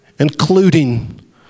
including